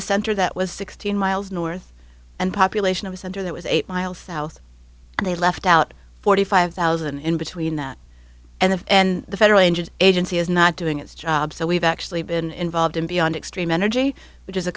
a center that was sixteen miles north and population of a center that was eight miles south and they left out forty five thousand in between that and the and the federal agency is not doing its job so we've actually been involved in beyond extreme energy which is a